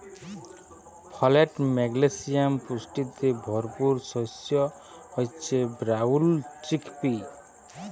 folate, magnesium পুষ্টিতে ভরপুর শস্য হচ্যে ব্রাউল চিকপি